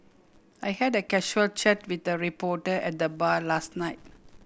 I had a casual chat with a reporter at the bar last night